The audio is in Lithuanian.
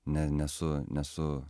ne nesu nesu